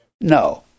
No